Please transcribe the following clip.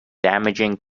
damaging